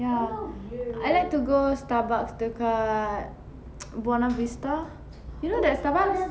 ya I like to go Starbucks dekat buona vista you know that Starbucks